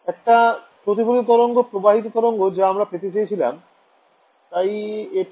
একটা প্রতিফলিত তরঙ্গ প্রবাহিত তরঙ্গ যা আমরা পেতে চাইছিলাম তাই এটা